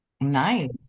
Nice